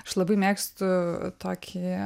aš labai mėgstu tokį